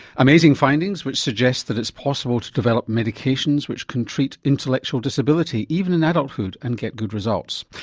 amazing findings which suggest that it's possible to develop medications which can treat intellectual disability even in adulthood and get good results.